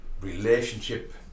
relationship